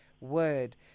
word